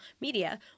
media